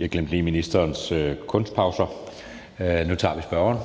Kl. 11:30 Anden næstformand (Jeppe Søe): Så tager vi spørgeren.